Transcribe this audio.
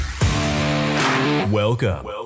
Welcome